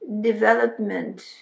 development